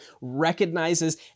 recognizes